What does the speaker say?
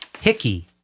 Hickey